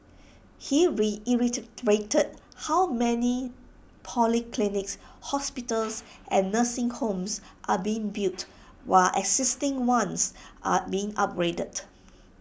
he how many polyclinics hospitals and nursing homes are being built while existing ones are being upgraded